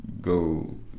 go